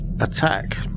attack